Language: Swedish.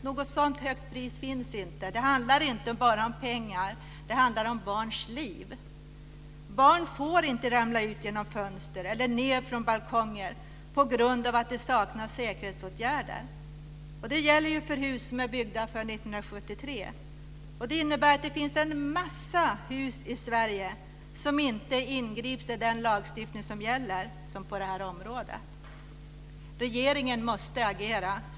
Något sådant högt pris finns inte. Det handlar inte bara om pengar. Det handlar om barns liv. Barn får inte ramla ut genom fönster eller ned från balkonger på grund av att det saknas säkerhetsåtgärder. Det gäller för hus som är byggda före 1973. Det innebär att det finns en massa hus i Sverige som inte inbegrips i den lagstiftning som gäller på området. Regeringen måste agera.